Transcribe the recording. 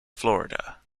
florida